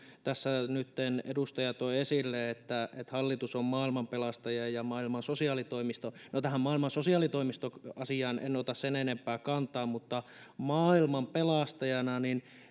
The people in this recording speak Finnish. tässä edustaja toi esille että hallitus on maailmanpelastaja ja ja maailman sosiaalitoimisto no tähän maailman sosiaalitoimisto asiaan en ota sen enempää kantaa mutta maailmanpelastajana